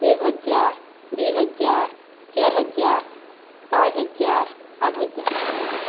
ଏକ୍ ହଜାର୍ ଦୁଇ ହଜାର୍ ଚାଏର୍ ହଜାର୍ ପାଞ୍ଚ୍ ହଜାର୍ ଆଠ୍ ହଜାର୍